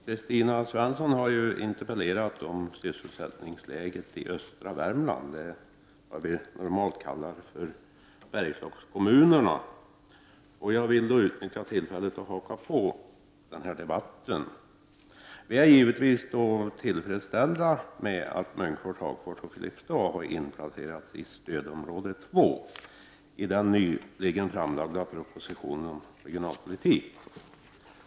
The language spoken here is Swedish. Fru talman! Kristina Svensson har interpellerat om sysselsättningsläget i de kommuner i östra Värmland som vi normalt kallar för Bergslagskommunerna. Jag vill utnyttja tillfället att delta i den här debatten. Vi är naturligtvis tillfredsställda över att Munkfors, Hagfors och Filipstad har inplacerats i stödområde 2 i den nyligen framlagda propositionen om regionalpolitik.